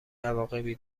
عواقبی